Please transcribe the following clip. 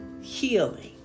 healing